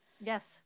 yes